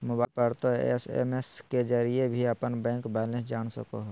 mobile पर तों SMS के जरिए भी अपन बैंक बैलेंस जान सको हो